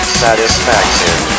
satisfaction